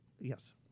yes